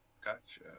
Gotcha